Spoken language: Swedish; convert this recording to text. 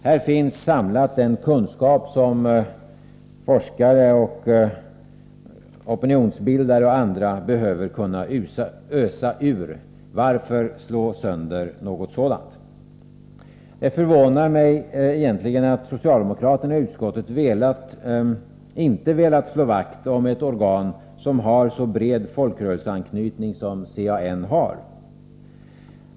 Hos CAN finns den kunskap samlad som forskare, opinionsbildare och andra behöver kunna ösa ur. Varför slå sönder något sådant? Det förvånar mig att socialdemokraterna i utskottet inte har velat slå vakt om ett organ som har en så bred folkrörelseanknytning som CAN har.